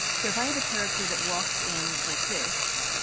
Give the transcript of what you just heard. so if i have a character that walks in like this